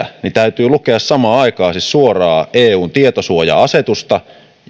yhdessä täytyy lukea samaan aikaan siis suoraa eun tietosuoja asetusta